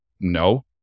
No